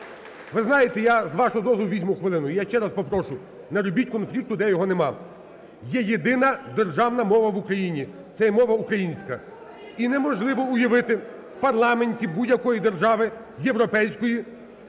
ви знаєте, я, з вашого дозволу, візьму хвилину. Я ще раз попрошу, не робіть конфлікту, де його немає. Є єдина державна мова в Україні, це є мова українська. І неможливо уявити в парламенті будь-якої держави європейської,